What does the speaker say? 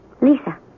Lisa